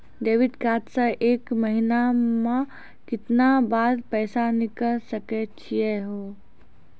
Debit card से एक महीना मा केतना बार पैसा निकल सकै छि हो?